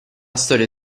storia